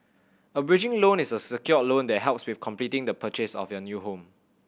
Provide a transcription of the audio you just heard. a bridging loan is a secured loan that helps with completing the purchase of your new home